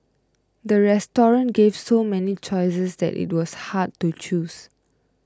the restaurant gave so many choices that it was hard to choose